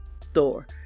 Thor